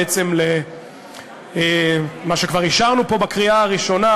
בעצם למה שכבר אישרנו פה בקריאה הראשונה,